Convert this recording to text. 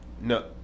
No